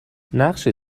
نقشت